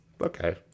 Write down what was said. okay